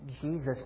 Jesus